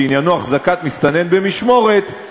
שעניינו החזקת מסתנן במשמורת,